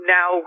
Now